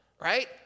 right